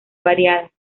variada